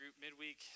midweek